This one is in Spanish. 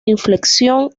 inflexión